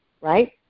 right